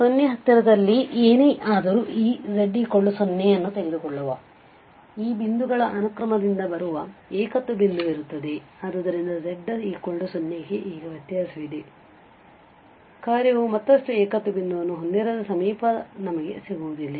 ಆದ್ದರಿಂದ 0 ಹತ್ತಿರ ಲ್ಲಿ ಏನೇ ಆದರೂ ಈ z 0 ತೆಗೆದುಕೊಳ್ಳುವ ಈ ಬಿಂದುಗಳ ಈ ಅನುಕ್ರಮದಿಂದ ಬರುವ ಏಕತ್ವ ಬಿಂದುವಿರುತ್ತದೆ ಆದ್ದರಿಂದ z 0 ಗೆ ಈಗ ವ್ಯತ್ಯಾಸವಿದೆ ಕಾರ್ಯವು ಮತ್ತಷ್ಟು ಏಕತ್ವ ಬಿಂದುವನ್ನು ಹೊಂದಿರದ ಸಮೀಪ ನಮಗೆ ಸಿಗುವುದಿಲ್ಲ